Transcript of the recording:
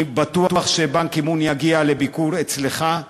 אני בטוח שבאן קי-מון יגיע לביקור אצלך.